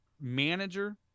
manager